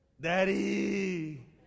Daddy